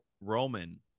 Roman